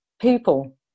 people